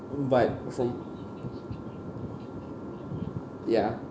but from ya